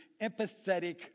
empathetic